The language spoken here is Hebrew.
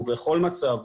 בכל מצב,